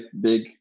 big